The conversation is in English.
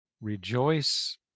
Rejoice